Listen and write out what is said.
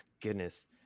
Goodness